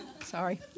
Sorry